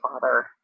father